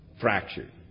Fractured